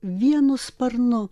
vienu sparnu